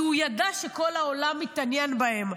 כי הוא ידע שכל העולם מתעניין בהן,